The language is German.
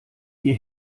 die